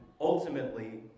ultimately